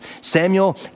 Samuel